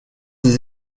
des